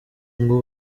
ngo